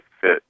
fit